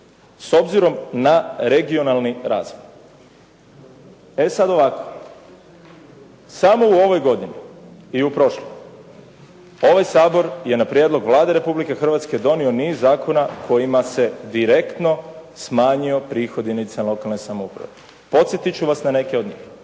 s obzirom na regionalni razvoj. E sada ovako, samo u ovoj godini i u prošloj, ovaj Sabor na prijedlog Vlade Republike Hrvatske donio niz zakona kojima se direktno smanjio prihod jedinicama lokalne samouprave. Podsjetit ću vas na neke od njih.